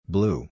Blue